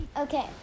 Okay